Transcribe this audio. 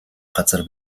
газар